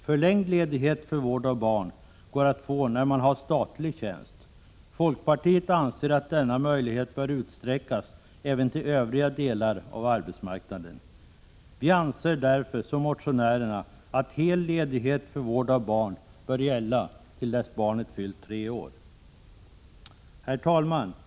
Förlängd ledighet för vård av barn går att få när man har statlig tjänst. Folkpartiet anser att denna möjlighet bör utsträckas även till övriga delar av arbetsmarknaden. Vi anser därför som motionärerna att hel ledighet för vård av barn bör gälla till dess barnet fyllt tre år. Herr talman!